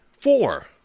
four